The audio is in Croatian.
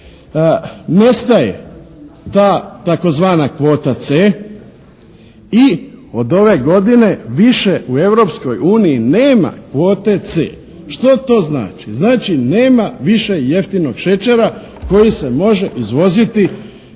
nestaje ta tzv. kvota “C“ i od ove godine više u Europskoj uniji nema kvote “C“. Što to znači? Znači nema više jeftinog šećera koji se može izvoziti